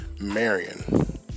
Marion